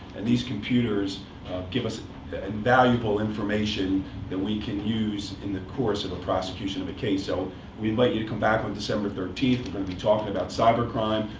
and these computers give us invaluable information that we can use in the course of a prosecution of a case. so we invite you to come back on december and be talking about cyber crime.